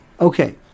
Okay